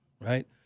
Right